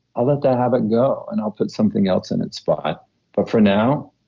i'll let that habit go and i'll put something else in its spot. but for now,